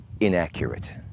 inaccurate